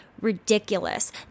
ridiculous